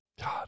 God